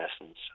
essence